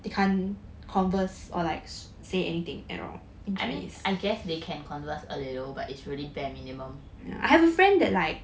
I mean I guess they can converse a little but it's really bare minimum